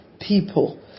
people